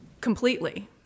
completely